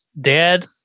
Dad